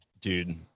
Dude